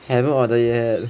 haven't order yet